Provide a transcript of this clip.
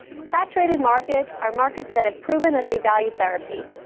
saturated markets are markets that have proven that they value therapy.